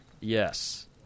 Yes